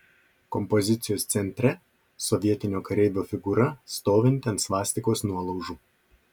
kompozicijos centre sovietinio kareivio figūra stovinti ant svastikos nuolaužų